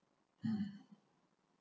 um